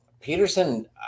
Peterson